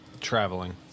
traveling